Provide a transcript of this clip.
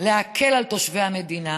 להקל על תושבי המדינה,